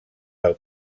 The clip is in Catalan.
del